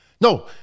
No